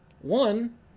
One